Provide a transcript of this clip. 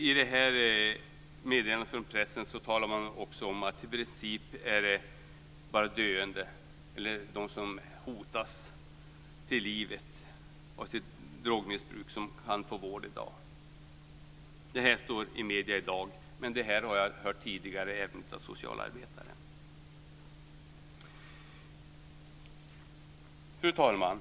I det här meddelandet talade man också om att det i princip bara är de som hotas till livet av sitt drogmissbruk som kan få vård i dag. Detta tas upp i medierna i dag, men jag har hört det tidigare också av socialarbetare. Fru talman!